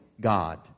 God